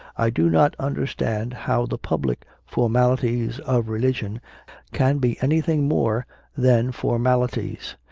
i do not understand how the public formalities of religion can be anything more than formalities.